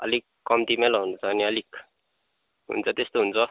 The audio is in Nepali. अलिक कम्तीमै लगाउनुपर्छ अलिक हुन्छ त्यस्तो हुन्छ